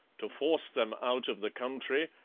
to force them out of the country,